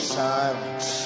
silence